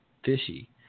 fishy